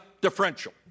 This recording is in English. differential